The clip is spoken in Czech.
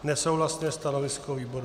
Nesouhlasné stanovisko výboru.